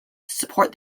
support